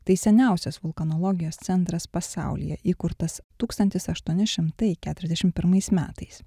tai seniausias vulkanologijos centras pasaulyje įkurtas tūkstantis aštuoni šimtai keturiasdešim pirmais metais